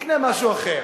תקנה משהו אחר.